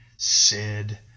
Sid